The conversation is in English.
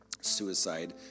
suicide